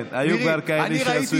כן, כבר היו כאלה שעשו את זה.